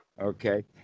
Okay